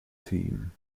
team